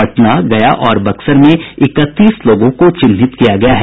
पटना गया और बक्सर में इकतीस लोगों को चिन्हित किया गया है